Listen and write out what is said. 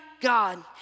God